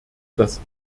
das